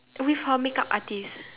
with her make-up artist